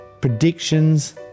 predictions